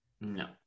No